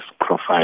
profile